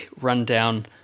rundown